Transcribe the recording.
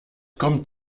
kommt